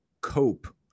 cope